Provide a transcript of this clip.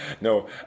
No